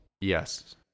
yes